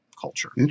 culture